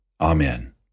amen